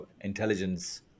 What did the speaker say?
intelligence